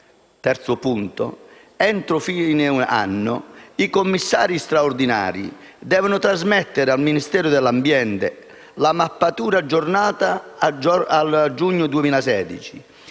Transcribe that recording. Terzo punto: entro fine anno, i commissari straordinari devono trasmettere al Ministero dell'ambiente la mappatura, aggiornata al giugno 2016,